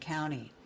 County